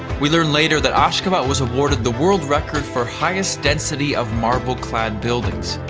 we learned later that ashgabat was awarded the world record for highest density of marble-clad buildings.